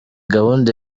gahunda